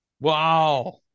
Wow